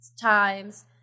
times